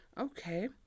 Okay